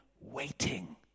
waiting